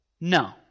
No